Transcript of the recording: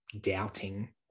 doubting